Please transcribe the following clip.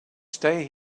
stay